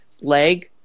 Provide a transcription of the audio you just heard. leg